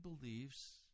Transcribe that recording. believes